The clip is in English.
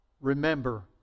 remember